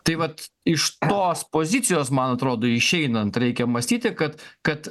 tai vat iš tos pozicijos man atrodo išeinant reikia mąstyti kad kad